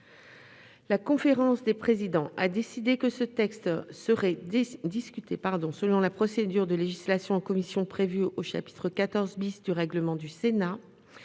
La conférence des présidents a décidé que ce texte serait discuté selon la procédure de législation en commission prévue au chapitre XIV du règlement du Sénat.